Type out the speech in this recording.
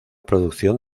producción